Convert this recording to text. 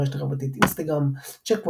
ברשת החברתית אינסטגרם צ'ק פוינט,